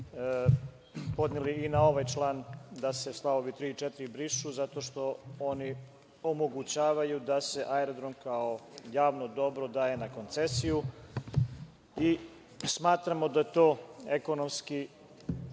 podneli i na ovaj član da se st. 3. i 4. brišu zato što oni omogućavaju da se aerodrom kao javno dobro daje na koncesiju i smatramo da to ekonomski